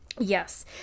Yes